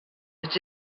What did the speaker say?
that